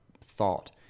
thought